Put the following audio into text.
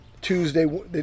Tuesday